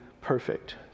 perfect